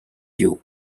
you